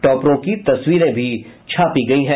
टॉपरों की तस्वीरें भी छापी हैं